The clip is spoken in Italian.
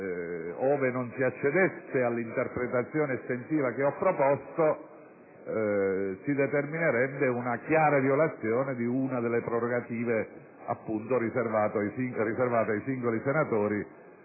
ove non si accedesse all'interpretazione estensiva che ho proposto, si determinerebbe una chiara violazione di una delle prerogative riservate ai singoli senatori